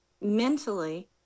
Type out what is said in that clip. mentally